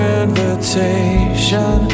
invitation